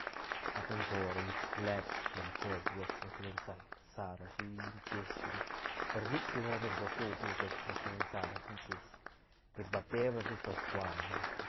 Rap beñ por let tla cos dets rashi ten sal sarashi sies ru per sic tis rapbeñ por sutis dets rashi den sa ra shi sies llet bal teeb rashi suab suab rsa rashi.